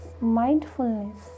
mindfulness